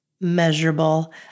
measurable